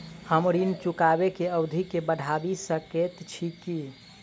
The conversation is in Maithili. हम ऋण चुकाबै केँ अवधि केँ बढ़ाबी सकैत छी की?